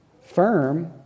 firm